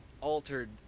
altered